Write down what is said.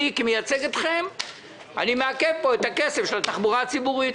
אני כמייצג אתכם מעכב פה את הכסף של התחבורה הציבורית...